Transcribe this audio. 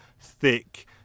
thick